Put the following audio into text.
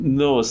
no